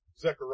Zechariah